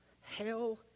Hell